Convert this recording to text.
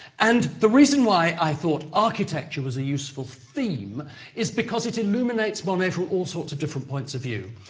and the reason why i thought architecture was a useful theme is because it illuminates monet from all sorts of different points of view.